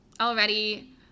already